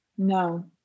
No